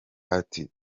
ati